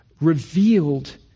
revealed